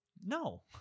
No